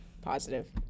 positive